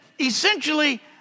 essentially